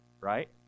Right